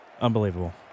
unbelievable